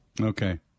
Okay